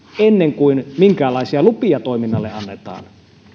ennen kuin minkäänlaisia lupia toiminnalle annetaan